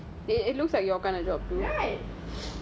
it looks like your kind of job right